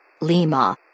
Lima